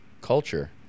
culture